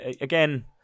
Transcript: again